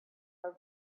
are